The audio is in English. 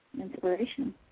inspiration